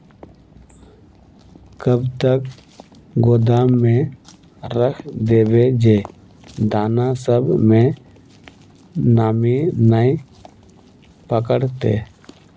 कब तक गोदाम में रख देबे जे दाना सब में नमी नय पकड़ते?